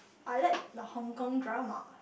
I like the Hong-Kong drama